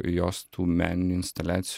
jos tų meninių instaliacijų